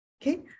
Okay